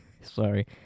Sorry